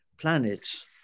planets